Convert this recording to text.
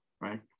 right